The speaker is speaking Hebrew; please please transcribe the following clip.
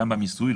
גם במיסוי,